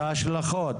את ההשלכות